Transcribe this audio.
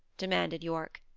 demanded yorke.